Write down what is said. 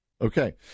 okay